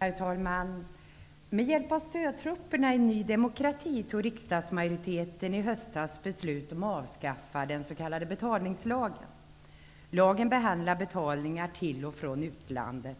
Herr talman! Med hjälp av stödtrupperna i Ny demokrati fattade riksdagsmajoriteten i höstas beslut om attav skaffa den s.k. betalningslagen. Lagen behandlade betalningar till och från utlandet